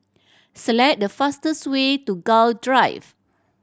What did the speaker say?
select the fastest way to Gul Drive